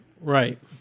Right